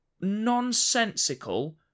nonsensical